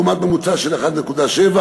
לעומת ממוצע של 1.7%,